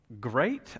Great